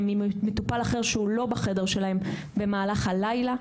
ממטופל אחר שהוא לא בחדר שלהם במהלך הלילה.